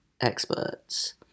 experts